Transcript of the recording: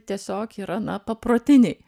tiesiog yra na paprotiniai